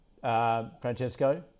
Francesco